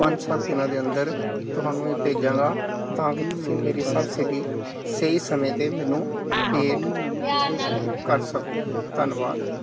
ਪੰਜ ਸੱਤ ਦਿਨਾਂ ਦੇ ਅੰਦਰ ਤੁਹਾਨੂੰ ਇਹ ਭੇਜਾਂਗਾ ਤਾਂ ਕਿ ਤੁਸੀਂ ਮੇਰੀ ਸਬਸਿਡੀ ਸਹੀ ਸਮੇਂ ਤੇ ਮੈਨੂੰ ਭੇਟ ਕਰ ਸਕੋ ਧੰਨਵਾਦ